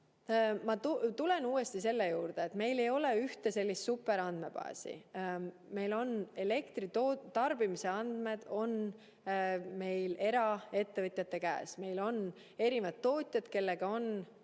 Ma tulen uuesti selle juurde, et meil ei ole ühte superandmebaasi. Meil on elektritarbimise andmed eraettevõtjate käes. Meil on erinevad tootjad, kellega